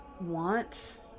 want